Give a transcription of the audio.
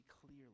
clearly